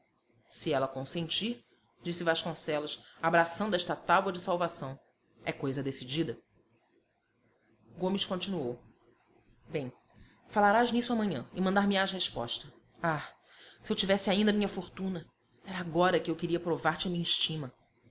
se ela consentir disse vasconcelos abraçando esta tábua de salvação é coisa decidida gomes continuou bem falarás nisso amanhã e mandar me ás resposta ah se eu tivesse ainda a minha fortuna era agora que eu queria provar te a minha estima